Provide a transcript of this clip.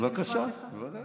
בבקשה, בוודאי.